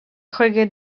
chuige